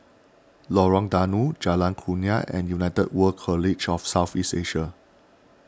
Lorong Danau Jalan Kurnia and United World College of South East Asia